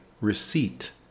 receipt